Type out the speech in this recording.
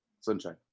Sunshine